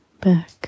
Back